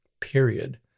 period